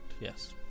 yes